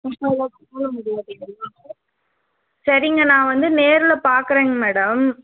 முப்பது லட்சம் ரூபா முடியாதுங்கிறிங்களா சரிங்க நான் வந்து நேரில் பார்க்கறேங்க மேடம்